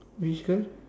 which girl